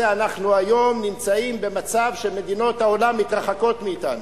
אנחנו היום נמצאים במצב שמדינות העולם מתרחקות מאתנו.